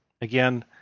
again